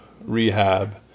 rehab